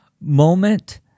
moment